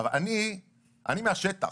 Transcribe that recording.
- אני מהשטח.